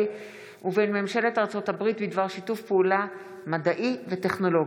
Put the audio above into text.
ובין ממשלת ארצות הברית בדבר שיתוף פעולה מדעי וטכנולוגי.